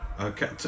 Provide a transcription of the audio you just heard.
Okay